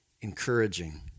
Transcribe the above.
encouraging